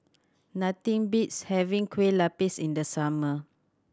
nothing beats having Kueh Lapis in the summer